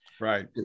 Right